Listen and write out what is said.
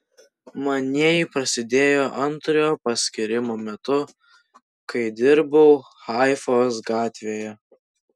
manieji prasidėjo antrojo paskyrimo metu kai dirbau haifos gatvėje